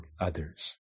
others